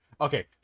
Okay